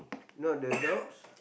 not the adults